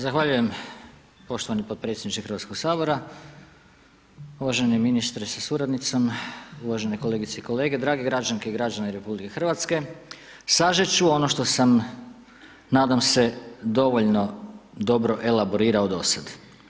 Zahvaljujem poštovani podpredsjedniče Hrvatskog sabora, uvaženi ministre sa suradnicama, uvažene kolegice i kolege, dragi građanke i građani RH sažet ću ono što sam nadam se dovoljno dobro elaborirao do sada.